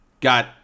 got